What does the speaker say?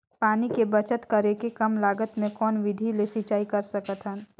पानी के बचत करेके कम लागत मे कौन विधि ले सिंचाई कर सकत हन?